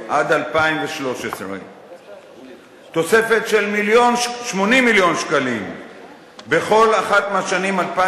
2013. תוספת של 80 מיליון שקלים בכל אחת מהשנים 2011